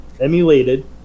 Emulated